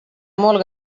molt